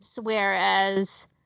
Whereas